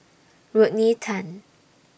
Rodney Tan